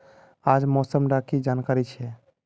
आज मौसम डा की जानकारी छै?